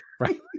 right